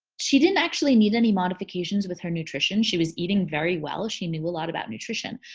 she didn't actually need any modifications with her nutrition. she was eating very well. she knew a lot about nutrition.